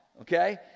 Okay